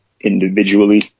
individually